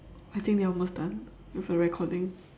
I think we're almost done with our recording